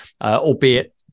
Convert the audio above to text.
albeit